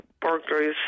burglaries